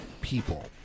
people